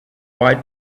why